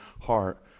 heart